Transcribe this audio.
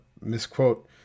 misquote